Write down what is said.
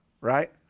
right